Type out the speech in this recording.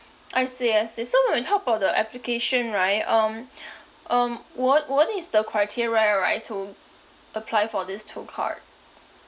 I see I see so when you talk about the application right um um what what is the criteria right to apply for these two card